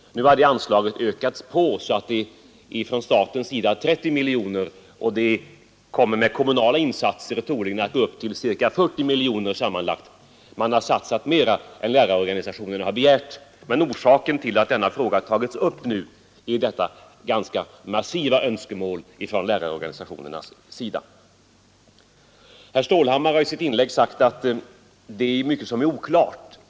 Nu har det anslaget ökats på av staten till 30 miljoner, och det kommer med kommunala insatser troligen att uppgå till ca 40 miljoner sammanlagt. Man har satsat mera än vad lärarorganisationerna har begärt, men orsaken till att denna fråga nu tagits upp är ju detta ganska massiva önskemål från lärarorganisationerna. Herr Stålhammar har i sitt inlägg sagt att det är mycket som är oklart.